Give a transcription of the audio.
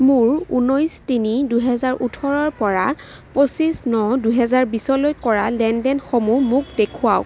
মোৰ ঊনৈছ তিনি দুহেজাৰ ওঠৰৰপৰা পঁচিছ ন দুহেজাৰ বিছলৈ কৰা লেনদেনসমূহ মোক দেখুৱাওক